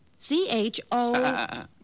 C-H-O